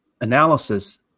analysis